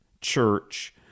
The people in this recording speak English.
church